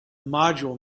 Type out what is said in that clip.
module